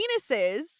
penises